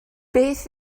beth